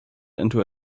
into